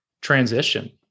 transition